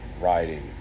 riding